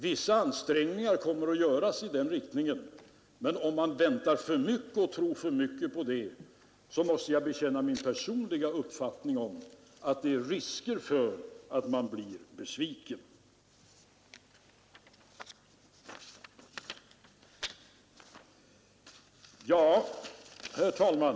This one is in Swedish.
Vissa ansträngningar kommer att göras i den riktningen, men om man väntar sig för mycket och tror för mycket på det, så måste jag som min personliga uppfattning erkänna att det är risk för att man blir besviken. Herr talman!